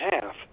half